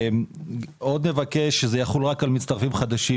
עוד נבקש שזה יחול רק על מצטרפים חדשים,